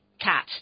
cat